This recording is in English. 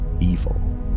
evil